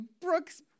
Brooks